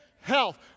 health